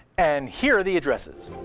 and here are the addresses.